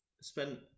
spent